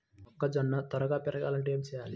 మొక్కజోన్న త్వరగా పెరగాలంటే ఏమి చెయ్యాలి?